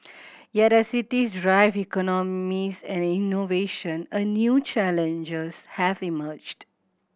yet as cities drive economies and innovation a new challenges have emerged